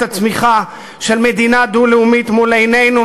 צמיחתה של מדינה דו-לאומית מול עינינו,